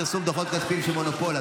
פרסום דוחות כספיים של מונופול),